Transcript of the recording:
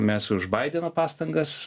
mes už baideno pastangas